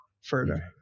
further